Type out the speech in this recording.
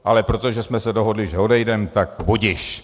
Ale protože jsme se dohodli, že odejdeme, tak budiž.